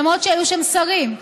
למרות שהיו שם שרים.